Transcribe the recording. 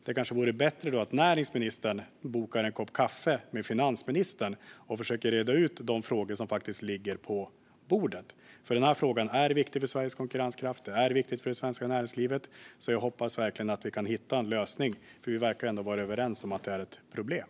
Det kanske vore bättre att näringsministern bokar in en kopp kaffe med finansministern och försöker reda ut de frågor som ligger på bordet, för den här frågan är viktig för Sveriges konkurrenskraft, och den är viktig för det svenska näringslivet. Jag hoppas verkligen att vi kan hitta en lösning, för vi verkar ändå vara överens om att detta är ett problem.